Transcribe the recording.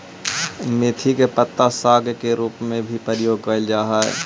मेथी के पत्ता साग के रूप में भी प्रयोग कैल जा हइ